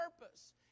purpose